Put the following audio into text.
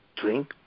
drink